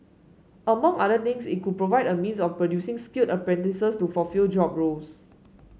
among other things it could provide a means of producing skilled apprentices to fulfil job roles